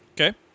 Okay